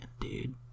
dude